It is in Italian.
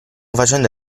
facendo